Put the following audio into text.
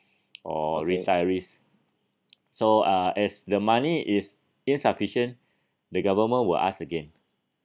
or retirees so uh as the money is insufficient the government will ask again